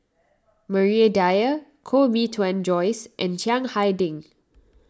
Maria Dyer Koh Bee Tuan Joyce and Chiang Hai Ding